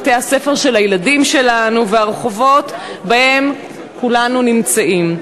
בתי-הספר של הילדים שלנו והרחובות שבהם כולנו נמצאים.